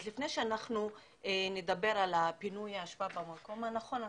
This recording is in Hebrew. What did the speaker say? אז לפני שנדבר על פינוי האשפה במקום הנכון,